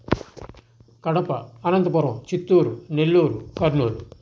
Kadapa Anantapuram Chittoor Nellore Kurnool